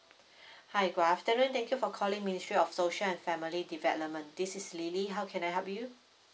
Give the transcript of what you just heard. hi good afternoon thank you for calling ministry of social and family development this is lily how can I help you